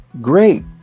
great